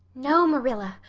no, marilla,